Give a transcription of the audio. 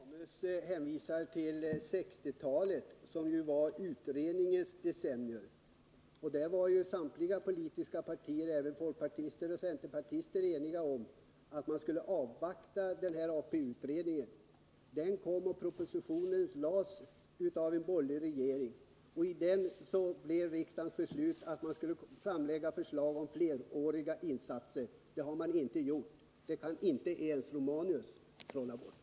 Herr talman! Rune Gustavsson och Gabriel Romanus hänvisade till 1960-talet, som ju var utredningarnas decennium. Samtliga politiska partier — även centerpartiet och folkpartiet — var eniga om att man skulle avvakta APU-utredningen. Den kom, och propositionen lades av en borgerlig regering. Riksdagens beslut blev att man skulle framlägga förslag om fleråriga insatser. Det har man inte gjort. Detta faktum kan inte ens Gabriel Nr 54